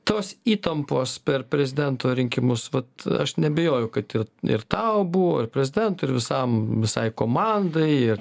tos įtampos per prezidento rinkimus vat aš neabejoju kad ir tau buvo ir prezidentui ir visam visai komandai ir